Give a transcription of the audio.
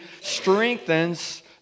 strengthens